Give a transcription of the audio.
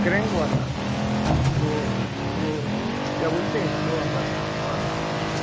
crank वाला वह वह क्या बोलते हैं लोहा पर मारने के लिए